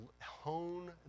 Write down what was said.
hone